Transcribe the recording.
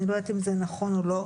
אני לא יודעת אם זה נכון או לא,